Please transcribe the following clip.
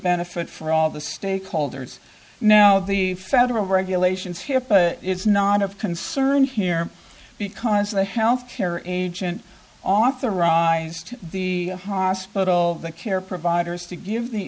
benefit for all the stakeholders now the federal regulations hipaa is not of concern here because the health care or agent authorized the hospital the care providers to give the